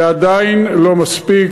זה עדיין לא מספיק.